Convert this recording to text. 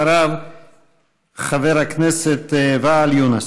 אחריו, חבר הכנסת ואאל יונס.